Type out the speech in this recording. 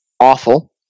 Awful